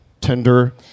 tender